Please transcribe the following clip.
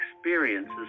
experiences